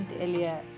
earlier